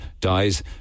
dies